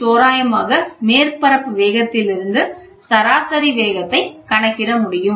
தோராயமாக மேற்பரப்பு வேகத்திலிருந்து சராசரி வேகத்தை கணக்கிடமுடியும்